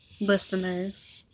listeners